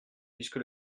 puisque